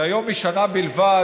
שהיום היא שנה בלבד.